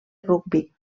rugbi